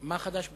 מה חדש בזה?